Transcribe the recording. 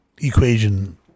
equation